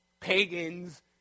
pagans